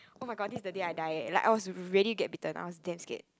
oh-my-god this is the day I die eh like I was ready to get bitten I was damn scared